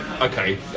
okay